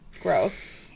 Gross